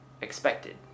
expected